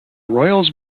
royals